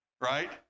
right